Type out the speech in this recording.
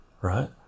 right